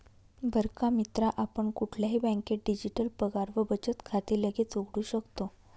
बर का मित्रा आपण कुठल्याही बँकेत डिजिटल पगार व बचत खाते लगेच उघडू शकतो